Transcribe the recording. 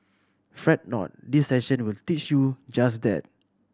fret not this session will teach you just that